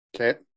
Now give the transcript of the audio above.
Okay